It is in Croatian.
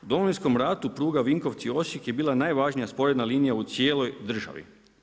U Domovinskom rastu pruga Vinkovci – Osijek je bila najvažnija sporedna linija u cijeloj državi.